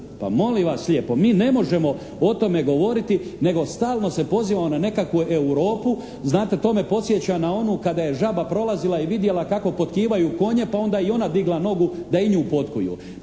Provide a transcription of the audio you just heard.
Pa molim vas lijepo, mi ne možemo o tome govoriti nego stalno se pozivamo na nekakvu Europu. Znate, to me podsjeća na onu kada je žaba prolazila i vidjela kako potkivaju konje pa onda i ona digla nogu da i nju potkuju.